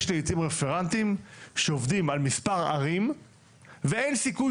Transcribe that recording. לעיתים יש רפרנטים שעובדים על מספר ערים ואין סיכוי